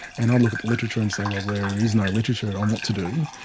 and i look at the literature and say, well, there is no literature on what to do.